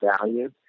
value